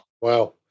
Wow